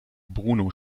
bruno